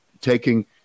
taking